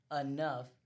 enough